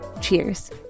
cheers